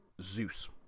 Zeus